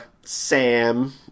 sam